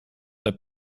der